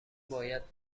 باید